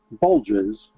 bulges